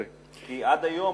עד היום,